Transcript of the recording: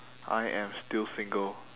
I am still single